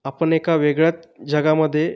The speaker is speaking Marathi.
आपण एका वेगळ्या जगामध्ये